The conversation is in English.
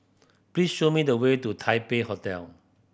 please show me the way to Taipei Hotel